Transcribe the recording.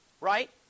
right